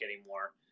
anymore